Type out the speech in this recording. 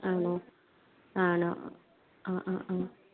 ആണോ ആണോ ആ ആ ആ